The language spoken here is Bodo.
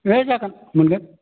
ओइ जागोन मोनगोन